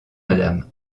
madame